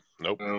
Nope